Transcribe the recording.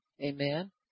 Amen